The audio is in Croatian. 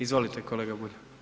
Izvolite kolega Bulj.